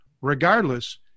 Regardless